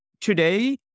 Today